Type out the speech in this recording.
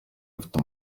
rufite